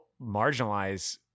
marginalize